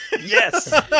Yes